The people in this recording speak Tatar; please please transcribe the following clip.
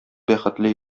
бәхетле